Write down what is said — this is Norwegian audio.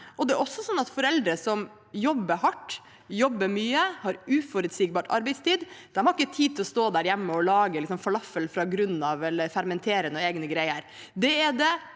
det er også sånn at foreldre som jobber hardt, jobber mye og har uforutsigbar arbeidstid, ikke har tid til å stå hjemme og lage falafel fra grunnen eller fermentere noen egne greier. Det er det